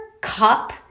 cup